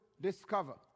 discover